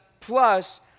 plus